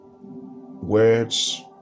words